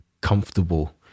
comfortable